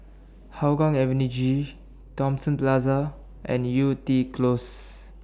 Hougang Avenue G Thomson Plaza and Yew Tee Close